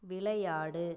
விளையாடு